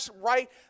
right